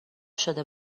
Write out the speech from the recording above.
شده